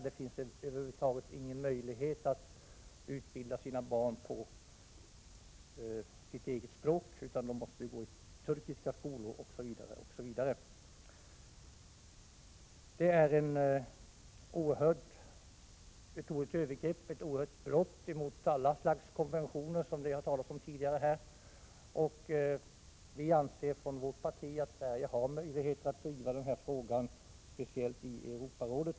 Det finns över huvud taget ingen möjlighet att utbilda barnen på det egna språket, utan de måste gå i turkiska skolor etc. Denna diskriminering är ett oerhört övergrepp och ett brott mot alla de konventioner som det har talats om tidigare här i dag. Vårt parti anser att Sverige har möjlighet att driva den här frågan speciellt i Europarådet.